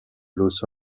los